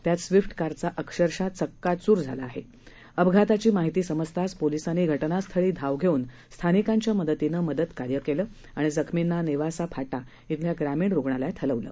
त्यात स्विफ्ट कारचा अक्षरशः चक्काचूर झाला आह अपघाताची माहिती समजताच पोलीसांनी घटनास्थळी धाव घटकन स्थानिकांच्या मदतीनं मदतकार्य कलि आणि जखमींना नद्याक्षा फाटा इथल्या ग्रामीण रुग्णालयात हलवलं